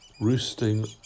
roosting